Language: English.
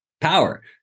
power